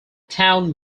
town